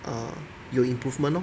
err 有 improvement lor